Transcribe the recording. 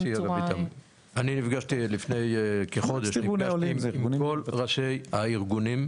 אני נפגשתי לפני כחודש עם כל ראשי הארגונים,